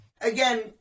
again